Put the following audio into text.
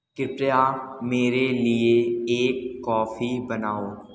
कृपया मेरे लिए एक कॉफी बनाओ